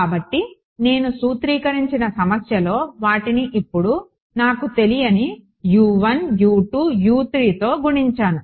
కాబట్టి నేను సూత్రీకరించిన సమస్యలో వాటిని ఇప్పుడు నాకు తెలియని తో గుణించాను